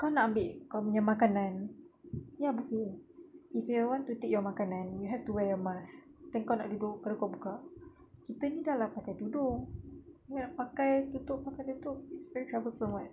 kau nak ambil kau nya makanan ya buffet kan okay you want to take your makanan you have to wear your mask then kau nak duduk baru kau buka kita ni dah lah pakai tudung nak pakai tutup pakai tutup it's very troublesome [what]